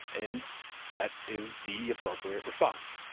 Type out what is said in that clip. and that is the appropriate response.